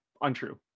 untrue